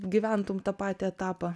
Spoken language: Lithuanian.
gyventum tą patį etapą